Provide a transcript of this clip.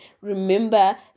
Remember